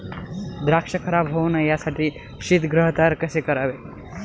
द्राक्ष खराब होऊ नये यासाठी शीतगृह तयार कसे करावे?